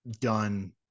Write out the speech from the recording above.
done